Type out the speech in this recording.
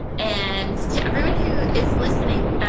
and to everyone who is listening,